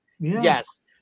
Yes